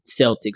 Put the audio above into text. Celtics